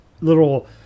little